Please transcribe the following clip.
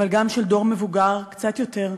אבל גם של דור מבוגר קצת יותר,